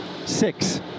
Six